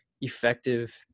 effective